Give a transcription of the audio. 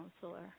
counselor